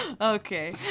okay